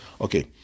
okay